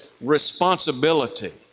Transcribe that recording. responsibility